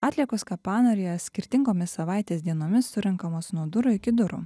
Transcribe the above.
atliekos kapanorėje skirtingomis savaitės dienomis surenkamos nuo durų iki durų